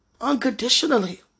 unconditionally